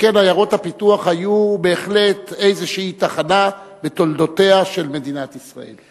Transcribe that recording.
שכן עיירות הפיתוח היו בהחלט איזושהי תחנה בתולדותיה של מדינת ישראל.